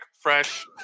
Fresh